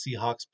Seahawks